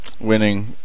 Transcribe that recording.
winning